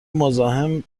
مزاحم